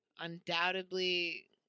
undoubtedly